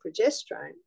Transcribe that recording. progesterone